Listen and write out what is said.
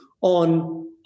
on